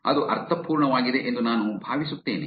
ಅದು ಅರ್ಥಪೂರ್ಣವಾಗಿದೆ ಎಂದು ನಾನು ಭಾವಿಸುತ್ತೇನೆ